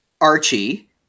Archie